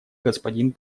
господин